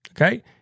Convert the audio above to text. okay